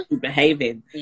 behaving